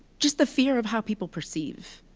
just the fear of how people perceive,